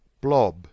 blob